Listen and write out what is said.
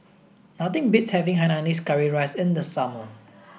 nothing beats having Hainanese curry rice in the summer